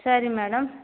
சரி மேடம்